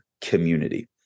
community